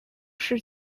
市郊